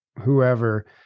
whoever